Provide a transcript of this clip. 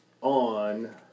on